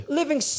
living